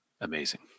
amazing